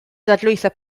dadlwytho